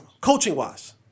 Coaching-wise